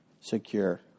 secure